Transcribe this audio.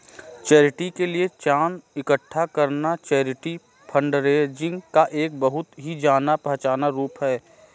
charity के लिए चंदा इकट्ठा करना चैरिटी फंडरेजिंग का एक बहुत ही जाना पहचाना रूप है